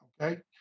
okay